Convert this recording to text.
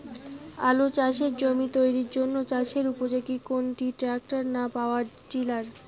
আলু চাষের জমি তৈরির জন্য চাষের উপযোগী কোনটি ট্রাক্টর না পাওয়ার টিলার?